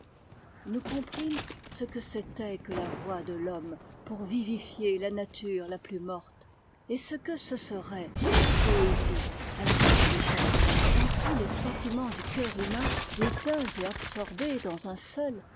nous comprîmes ce que c'était que la voix de l'homme pour vivifier la nature la plus morte et ce que ce serait que la poésie à la fin des temps quand tous les sentimens du cœur humain éteints et absorbés dans un seul